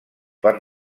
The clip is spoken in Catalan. per